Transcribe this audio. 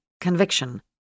conviction